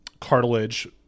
cartilage